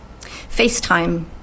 FaceTime